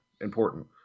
important